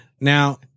Now